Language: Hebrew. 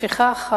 לפיכך,